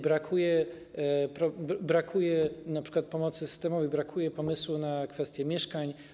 Brakuje np. pomocy systemowej, brakuje pomysłu na kwestię mieszkań.